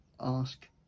ask